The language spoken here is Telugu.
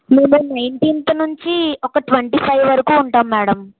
మేము నైన్టీన్త్ నుంచి ఒక ట్వెంటీ ఫైవ్ వరకు ఉంటాము మేడం